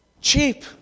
cheap